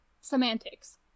semantics